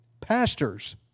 Pastors